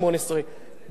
מובן שנואשם,